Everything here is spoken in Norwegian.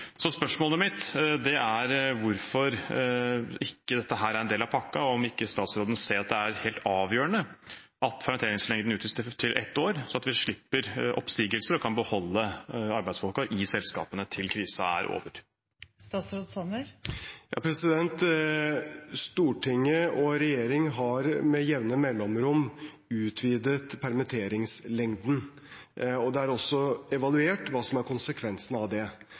Så spørsmålet mitt er hvorfor dette ikke er en del av pakken. Ser ikke statsråden at det er helt avgjørende at permitteringslengden utvides til ett år, sånn at vi slipper oppsigelser og kan beholde arbeidsfolkene i selskapene til krisen er over? Stortinget og regjeringen har med jevne mellomrom utvidet permitteringslengden, og det er også evaluert hva som er konsekvensen av det.